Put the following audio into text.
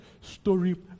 story